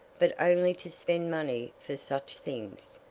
but only to spend money for such things.